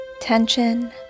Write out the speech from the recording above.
tension